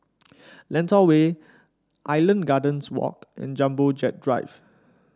Lentor Way Island Gardens Walk and Jumbo Jet Drive